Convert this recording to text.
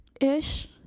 ish